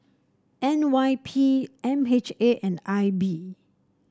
N Y P M H A and I B